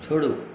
छोड़ू